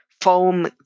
foam